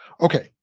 Okay